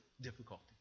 difficulty